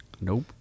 nope